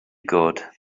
good